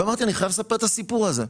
ואמרתי אני חייב לספר את הסיפור הזה.